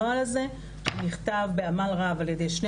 הנוהל הזה שהוא נכתב בעמל רב על-ידי שני